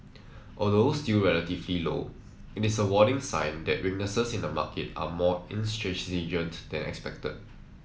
although still relatively low it is a warning sign that weaknesses in the market are more intransigent than expected